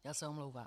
Já se omlouvám.